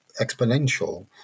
exponential